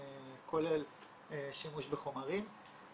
כולל שימוש בחומרים.